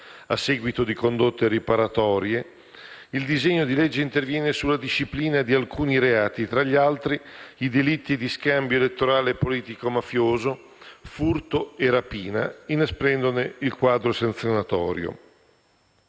a seguito di condotte riparatorie, interviene sulla disciplina di alcuni reati: tra gli altri, i delitti di scambio elettorale politico-mafioso, furto e rapina, inasprendone il quadro sanzionatorio.